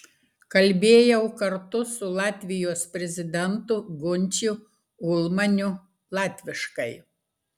kalbėjau kartu su latvijos prezidentu gunčiu ulmaniu latviškai